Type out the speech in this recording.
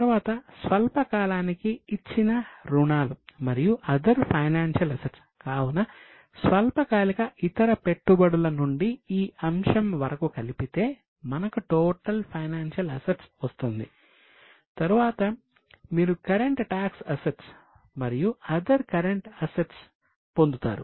తరువాత స్వల్పకాలానికి ఇచ్చిన రుణాలు పొందుతారు